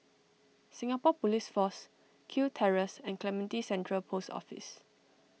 Singapore Police Force Kew Terrace and Clementi Central Post Office